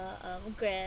and grab